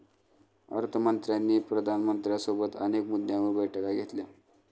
अर्थ मंत्र्यांनी पंतप्रधानांसोबत अनेक मुद्द्यांवर बैठका घेतल्या